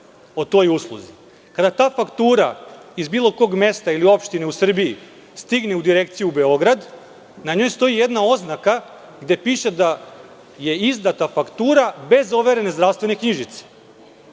o toj usluzi. Kada ta faktura iz bilo kog mesta ili opštine u Srbiji stigne u direkciju u Beograd, na njoj stoji jedna oznaka gde piše da je izdata faktura bez overene zdravstvene knjižice.